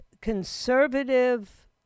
conservative